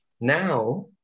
Now